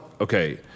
Okay